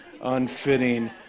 unfitting